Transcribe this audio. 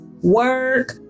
work